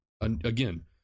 again